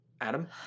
Adam